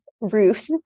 Ruth